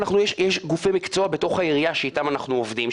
יש גופי מקצוע בתוך העירייה שאיתם אנחנו עובדים,